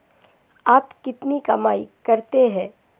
आप कितनी कमाई करते हैं?